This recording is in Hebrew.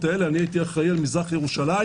האלה אני הייתי אחראי על מזרח ירושלים,